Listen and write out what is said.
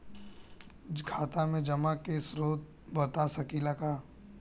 खाता में जमा के स्रोत बता सकी ला का?